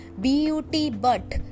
B-U-T-BUT